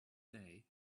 day